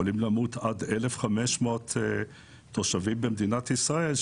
יכולים למות עד 1,500 תושבים במדינת ישראל.